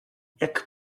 jak